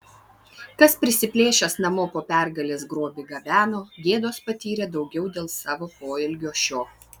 kas prisiplėšęs namo po pergalės grobį gabeno gėdos patyrė daugiau dėl savo poelgio šio